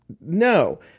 No